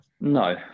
No